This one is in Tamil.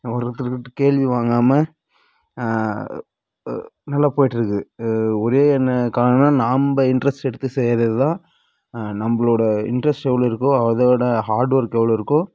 ஒருத்தருகிட்ட கேலியும் வாங்காமல் நல்லா போய்ட்டுருக்குது ஒரே என்ன காரணன்னா நம்ப இன்ட்ரெஸ்ட் எடுத்து செய்யறது தான் நம்பளோட இன்ட்ரெஸ்ட் எவ்வளோருக்கோ அதோட ஹார்டு ஒர்க் எவ்வளோருக்கோ